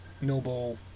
noble